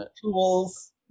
tools